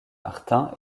martin